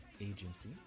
agency